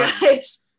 guys